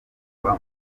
kuva